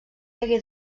hagué